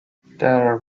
there